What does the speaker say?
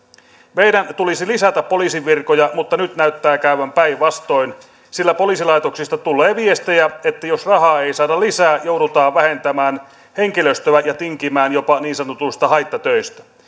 meidän tulisi lisätä poliisinvirkoja mutta nyt näyttää käyvän päinvastoin sillä poliisilaitoksista tulee viestejä että jos rahaa ei saada lisää joudutaan vähentämään henkilöstöä ja tinkimään jopa niin sanotuista haittatöistä